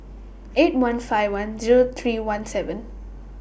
eight one five one Zero three one seven